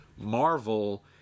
Marvel